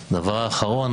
דבר אחרון,